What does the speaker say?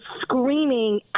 screaming